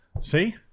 See